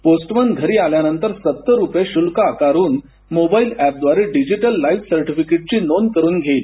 postman घरी आल्यानंतर सत्तर रुपये शुल्क आकारून मोबाईल ऍपव्दारे डिजिटल लाईफ सर्टीफिकेटची नोंद करून घेईल